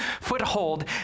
foothold